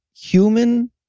human